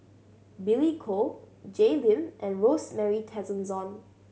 Billy Koh Jay Lim and Rosemary Tessensohn